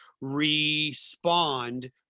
respond